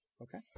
Okay